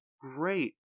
great